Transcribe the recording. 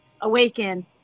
awaken